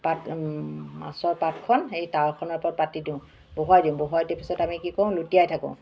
পাত মাছৰ পাতখন সেই তাৱাখনৰ ওপৰত পাতি দিওঁ বহুৱাই দিওঁ বহুৱাই দিয়া পিছত আমি কি কৰো লুটিয়াই থাকোঁ